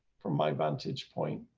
from my vantage point